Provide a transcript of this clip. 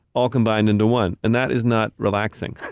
all combined into one, and that is not relaxing.